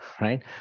right